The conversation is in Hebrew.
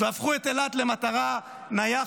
הפכו את אילת למטרה נייחת,